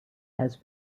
has